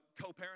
co-parenting